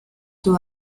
two